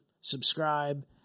subscribe